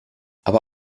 aber